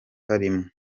rimwe